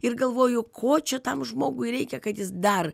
ir galvoju ko čia tam žmogui reikia kad jis dar